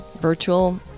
virtual